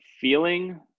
feeling